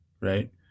right